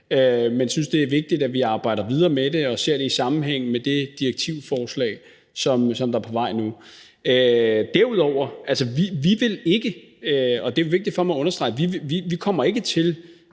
men synes, det er vigtigt, at vi arbejder videre med det og ser det i sammenhæng med det direktivforslag, som der er på vej nu. Vi kommer ikke til, og det er vigtigt for mig at understrege, at gå ind på